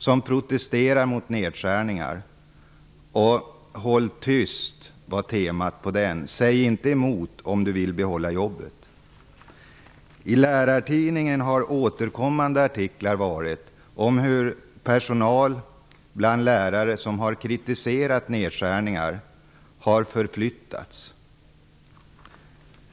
Temat för artikeln var att man skall hålla tyst och inte säga emot om man vill behålla jobbet. I Lärarnas tidning har återkommande artiklar gällt hur lärare som har kritiserat nedskärningar har förflyttats.